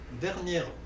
dernière